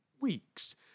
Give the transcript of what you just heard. weeks